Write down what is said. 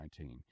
2019